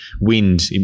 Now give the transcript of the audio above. wind